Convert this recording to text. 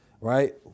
right